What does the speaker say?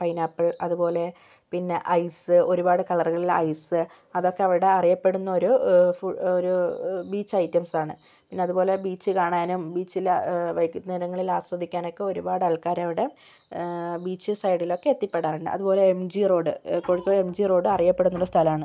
pineapple അതുപോലെ പിന്നെ ice ഒരുപാട് കളറുകളിലുള്ള ഐസ് അതൊക്കെ അവിടെ അറിയപ്പെടുന്നൊരു ഫു ഒരു ബീച്ചയിറ്റംസാണ് പിന്നതുപോലെ ബീച്ച് കാണാനും ബീച്ചിൽ വൈകുന്നേരങ്ങളിൽ ആസ്വദിക്കാനൊക്കെ ഒരുപാടാൾക്കാരവിടെ ബീച്ച് സൈഡിലൊക്കെ എത്തിപ്പെടാറുണ്ട് അതുപോലെ M G road Kozhikode M G road അറിയപ്പെടുന്നൊരു സ്ഥലമാണ്